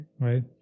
right